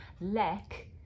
lack